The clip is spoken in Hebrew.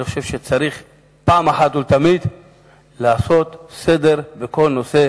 אני חושב שאחת ולתמיד צריך לעשות סדר בכל הנושא